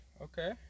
Okay